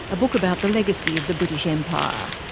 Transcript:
a book about the legacy of the british empire.